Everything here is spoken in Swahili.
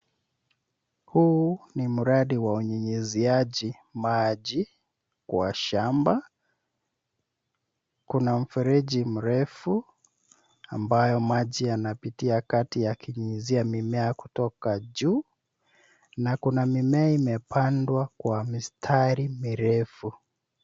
Huu ni mradi wa unyunyiziaji maji kwa shamba. Kuna mfereji mrefu ambayo maji yanapitia kati yakinyunyizia mimea kutoka juu na kuna mimea imepandwa kwa mistari mirefu.